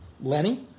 Lenny